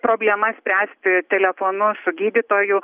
problemas spręsti telefonu su gydytoju